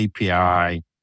API